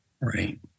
Right